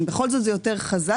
בכל זאת זה יותר חזק.